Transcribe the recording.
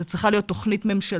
זו צריכה להיות תוכנית ממשלתית,